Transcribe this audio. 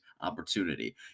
opportunity